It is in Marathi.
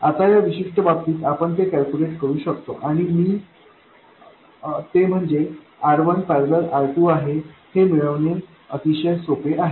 आता या विशिष्ट बाबतीत आपण ते कॅल्क्युलेट करू शकतो आणि ते म्हणजे R1 ।। R2आहे हे मिळवणे अतिशय सोपे आहे